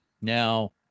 Now